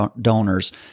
donors